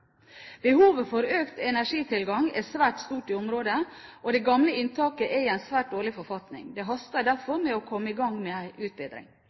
Behovet for økt energitilgang er svært stort i området, og det gamle inntaket er i en svært dårlig forfatning. Det haster derfor med å komme i gang med en utbedring.